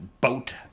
Boat